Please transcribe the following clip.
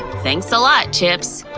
thanks a lot, chips.